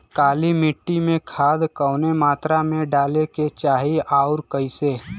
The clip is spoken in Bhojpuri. काली मिट्टी में खाद कवने मात्रा में डाले के चाही अउर कइसे?